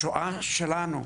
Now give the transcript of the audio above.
השואה שלנו,